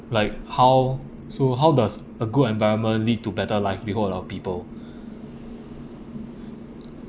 like how so how does a good environment lead to better livelihood of people